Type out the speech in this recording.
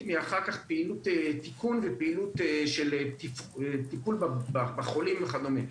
טובה מפעילות תיקון וטיפול בחולים וכדומה.